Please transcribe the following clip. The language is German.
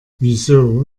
wieso